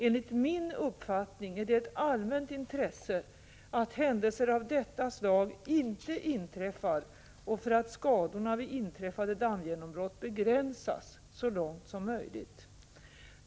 Enligt min uppfattning är det ett allmänt intresse att händelser av detta slag inte inträffar och att skadorna vid inträffade 51 dammgenombrott begränsas så långt som möjligt.